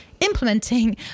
implementing